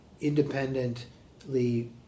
independently